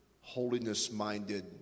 holiness-minded